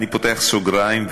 אני פותח סוגריים,